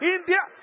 India